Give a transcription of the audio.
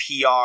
PR